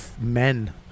men